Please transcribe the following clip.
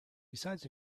besides